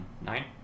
Nine